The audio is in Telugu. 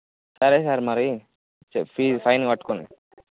సరే సార్ మరి చే ఫీజ్ ఫైన్ కట్టుకోండి